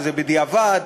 שזה בדיעבד,